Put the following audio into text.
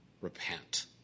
repent